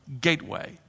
gateway